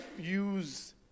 use